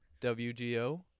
WGO